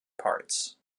parts